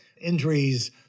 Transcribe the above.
injuries